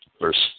verse